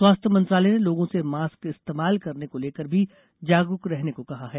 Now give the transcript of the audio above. स्वास्थ्य मंत्रालय ने लोगों से मास्क इस्तेमाल करने को लेकर भी जागरूक रहने को कहा है